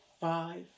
five